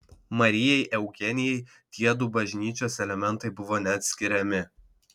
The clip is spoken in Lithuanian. marijai eugenijai tiedu bažnyčios elementai buvo neatskiriami